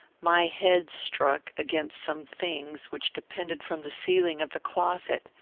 my head struck against some things which depended from the ceiling of the closet.